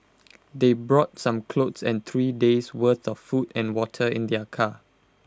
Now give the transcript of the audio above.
they brought some clothes and three days' worth of food and water in their car